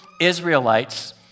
Israelites